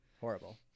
Horrible